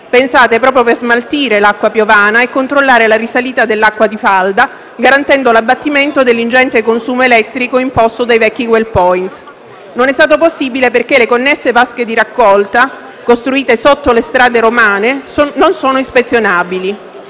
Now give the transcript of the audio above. pensate proprio per smaltire l'acqua piovana e controllare la risalita dell'acqua di falda, garantendo l'abbattimento dell'ingente consumo elettrico imposto dai vecchi *wellpoint*. Non è stato possibile perché le connesse vasche di raccolta, costruite sotto le strade romane, non sono ispezionabili.